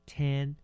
ten